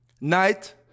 Night